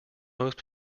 most